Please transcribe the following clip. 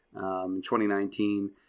2019